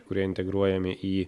kurie integruojami į